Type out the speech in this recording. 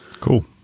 Cool